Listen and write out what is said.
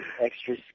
extra